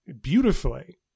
beautifully